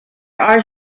are